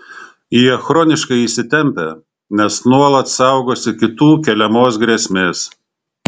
jie chroniškai įsitempę nes nuolat saugosi kitų keliamos grėsmės